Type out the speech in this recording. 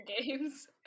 games